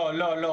לא, לא, לא.